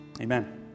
Amen